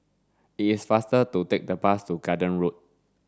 is faster to take the bus to Garden Road